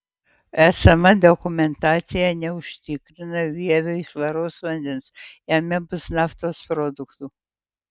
esama dokumentacija neužtikrina vieviui švaraus vandens jame bus naftos produktų